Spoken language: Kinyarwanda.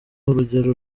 urugero